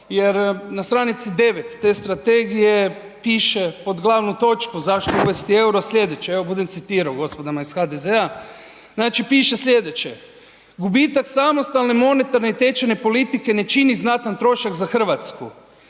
jer na stranici 9 te strategije piše pod glavnu točku zašto uvesti EUR-o slijedeće, evo budem citirao gospodama iz HDZ-a. Znači, piše slijedeće: Gubitak samostalne monetarne i tečajne politike ne čini znatan trošak za Hrvatsku